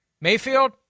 Mayfield